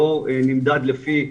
לא נמדד לפי,